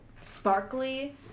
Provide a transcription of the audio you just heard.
sparkly